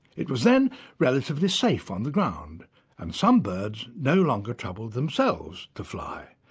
it was then relatively safe on the ground and some birds no longer troubled themselves to fly.